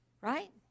Right